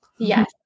Yes